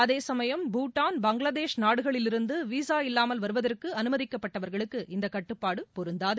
அதேசமயம் பூட்டான் பங்களாதேஷ் நாடுகளில் இருந்து விசா இல்லாமல் வருவதற்கு அனுமதிக்கப்பட்டவர்களுக்கு இந்த கட்டுபாடு பொறுந்தாது